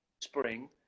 spring